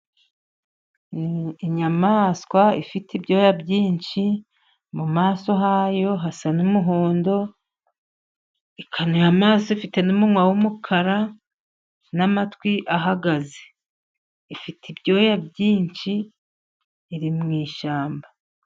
Inyamaswa ifite ibyoya byinshi. Mu maso hayo isa n'umuhondo, ikanuye amaso, ifite umunwa w'umukara n'amatwi ahagaze . Ifite ibyoya byinshi, iri mu ishyamba.